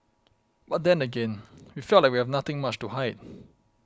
but then again we felt like we have nothing much to hide